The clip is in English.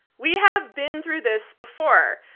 we have been through this before.